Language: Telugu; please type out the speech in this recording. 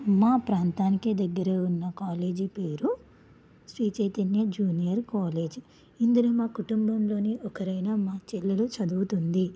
మా ప్రాంతానికి దగ్గర ఉన్న కాలేజీ పేరు శ్రీ చైతన్య జూనియర్ కాలేజ్ ఇందులో మా కుటుంబంలో ఒకరు అయిన మా చెల్లెలు చదువుతుంది